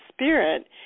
spirit